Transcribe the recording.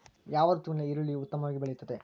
ಯಾವ ಋತುವಿನಲ್ಲಿ ಈರುಳ್ಳಿಯು ಉತ್ತಮವಾಗಿ ಬೆಳೆಯುತ್ತದೆ?